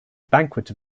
banquet